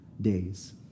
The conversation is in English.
days